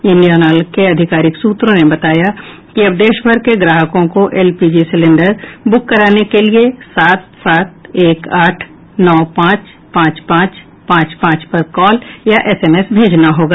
Indian Oil के अधिकारिक सूत्रों ने बताया कि अब देशभर के ग्राहकों को एलपीजी सिलेंडर बुक कराने के लिये सात सात एक आठ नौ पांच पांच पांच पांच पांच पर कॉल या एसएमएस भेजना होगा